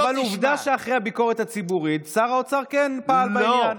אבל עובדה שאחרי הביקורת הציבורית שר האוצר כן פעל בעניין.